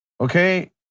Okay